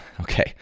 okay